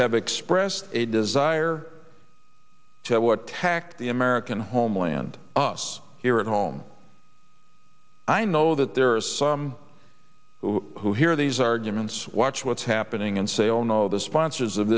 have expressed a desire to what tact the american homeland us here at home i know that there are some who who hear these arguments watch what's happening and say oh no the sponsors of